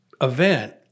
event